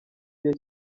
gihe